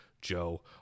Joe